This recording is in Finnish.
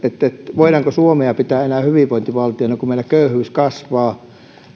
voidaanko suomea pitää enää hyvinvointivaltiona kun meillä köyhyys kasvaa